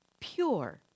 pure